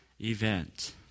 event